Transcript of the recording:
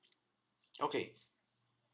okay